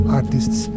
artists